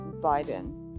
Biden